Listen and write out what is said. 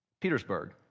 Petersburg